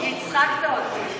הצחקת אותי.